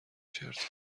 شرت